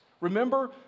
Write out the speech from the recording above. remember